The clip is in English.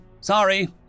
Sorry